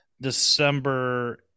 December